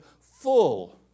full